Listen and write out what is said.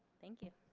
thank you.